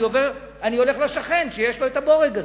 אני הולך לשכן שיש לו את הבורג הזה.